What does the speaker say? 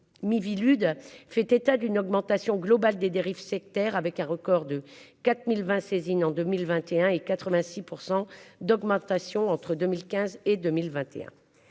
MIVILUDES fait état d'une augmentation globale des dérives sectaires, avec un record de 4020 saisines en 2021 et 86% d'augmentation entre 2015 et 2021.